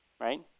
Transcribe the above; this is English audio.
right